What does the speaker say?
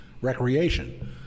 recreation